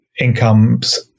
incomes